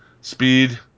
speed